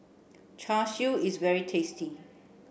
Char Siu is very tasty